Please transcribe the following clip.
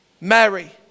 Mary